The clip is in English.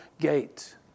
gate